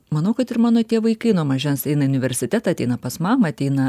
manau kad ir mano tie vaikai nuo mažens eina į universitetą ateina pas mamą ateina